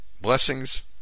Blessings